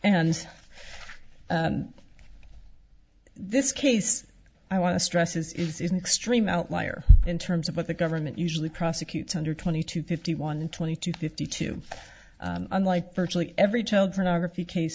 and this case i want to stress this is an extreme outlier in terms of what the government usually prosecutes under twenty two fifty one twenty two fifty two unlike virtually every child pornography case